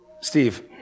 Steve